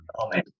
Amen